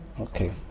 Okay